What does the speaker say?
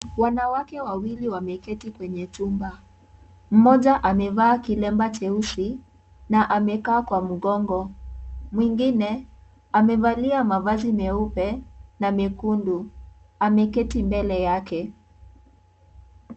Wanawake wawili wamekaa kwenye chumba. Mmoja amevaa kilemba cheusi na amekaa kwa mgongo. Mwingine amevalia mavazi meupe na mekundu ameketi mbele yake.